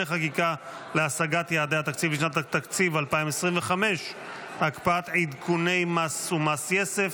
חקיקה להשגת יעדי התקציב לשנת התקציב 2025) (הקפאת עדכוני מס ומס יסף),